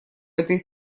этой